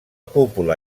cúpula